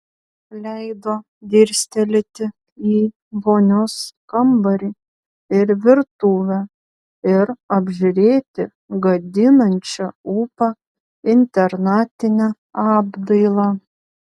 leido dirstelėti į vonios kambarį ir virtuvę ir apžiūrėti gadinančią ūpą internatinę apdailą